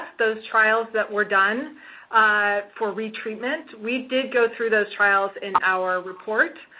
those trials that were done for retreatment. we did go through those trials in our report,